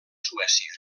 suècia